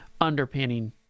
underpinning